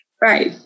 Right